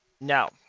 Now